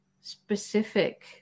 specific